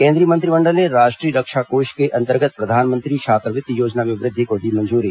केंद्रीय मंत्रिमंडल ने राष्ट्रीय रक्षा कोष के अन्तर्गत प्रधानमंत्री छात्रवृत्ति योजना में वृद्धि को दी मंजूरी